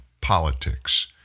politics